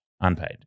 unpaid